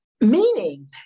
meaning